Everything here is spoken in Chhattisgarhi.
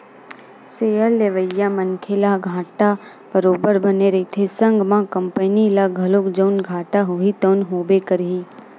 सेयर लेवइया मनखे ल घाटा बरोबर बने रहिथे संग म कंपनी ल घलो जउन घाटा होही तउन होबे करही